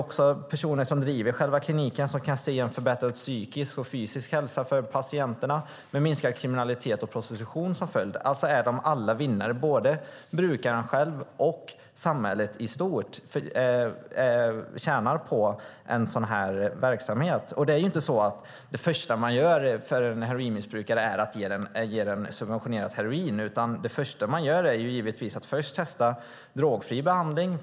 Också de personer som driver själva kliniken kan se en förbättrad psykisk och fysisk hälsa för patienterna med minskad kriminalitet och prostitution som följd. Alltså är alla vinnare. Både brukarna själva och samhället i stort tjänar på en sådan här verksamhet. Det är inte så att det första man gör för heroinmissbrukare är att ge dem subventionerat heroin. Det första man gör är givetvis att testa drogfri behandling.